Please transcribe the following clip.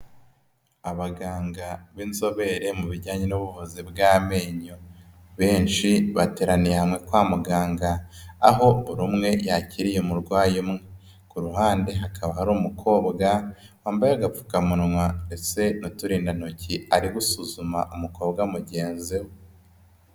Abaganga b'inzobere mu bijyanye n'ubuvuzi bw'amenyo, benshi bateraniye hamwe kwa muganga, aho buri umwe yakiriye umurwayi umwe, ku ruhande hakaba hari umukobwa wambaye agapfukamunwa ndetse n'uturindantoki, ari gusuzuma umukobwa mugenzi we.